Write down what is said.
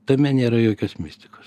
tame nėra jokios mistikos